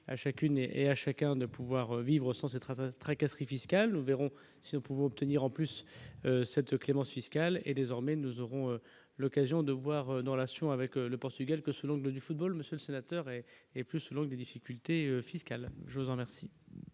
à chacune et à chacun de pouvoir vivre sans ses travaux tracasseries fiscales, nous verrons si on pouvait obtenir en plus cette clémence fiscale et désormais, nous aurons l'occasion de voir dans la Scion avec le Portugal que selon le du football, monsieur le sénateur et et plus selon des difficultés fiscales, je vous en remercie.